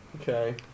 Okay